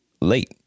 late